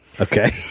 Okay